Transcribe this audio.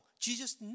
Jesus